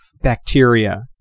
bacteria